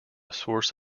source